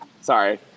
Sorry